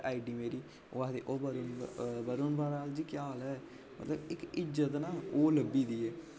I D मेरी ओह् आखदे ओह् वरुण वरुण बराल जी केह् हाल ऐ मतलब इक इज्जत ना ओह् लब्भी दी ऐ